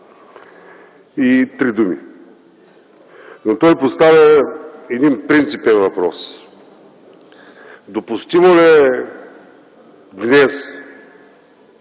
и три думи, но той поставя един принципен въпрос: допустимо ли е днес